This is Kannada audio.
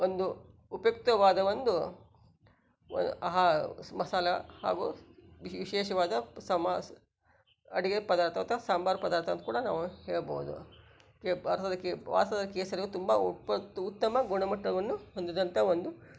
ಒಂದು ಉಪಯುಕ್ತವಾದ ಒಂದು ಮಸಾಲೆ ಹಾಗೂ ವಿ ವಿಶೇಷವಾದ ಸಮಾ ಸ್ ಅಡಿಗೆ ಪದಾರ್ಥ ಅಥವಾ ಸಂಬಾರ ಪದಾರ್ಥ ಅಂತ ಕೂಡ ನಾವು ಹೇಳ್ಬೋದು ಈ ಭಾರತದ ಕೆ ಭಾರತದ ಕೇಸರಿಯು ತುಂಬ ಉಪ್ಯಕ್ತ ಉತ್ತಮ ಗುಣಮಟ್ಟವನ್ನು ಹೊಂದಿದಂಥ ಒಂದು